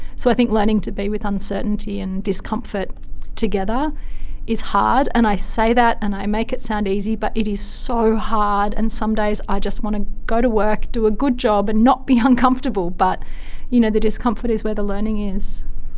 so i think learning to be with uncertainty and discomfort together is hard. and i say that and i make it sound easy, but it is so hard, and some days i just want to go to work, do a good job and not be uncomfortable. but you know the discomfort is where the learning is.